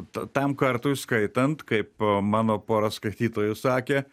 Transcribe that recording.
tam kartui įskaitant kaip mano pora skaitytojų sakė